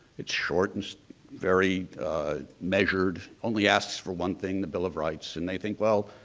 it's short, it's very measured, only asks for one thing, the bill of rights. and they think, well,